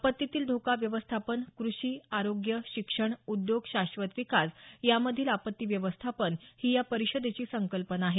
आपत्तीतील धोका व्यवस्थापन क्रषी आरोग्य शिक्षण उद्योग शाश्वत विकास यामधील आपत्ती व्यवस्थापन ही या परिषदेची संकल्पना आहे